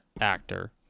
actor